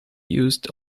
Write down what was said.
used